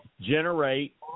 generate